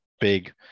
big